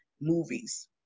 movies